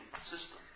system